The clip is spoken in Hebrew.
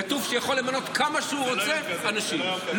יכול למנות כמה אנשים שהוא רוצה.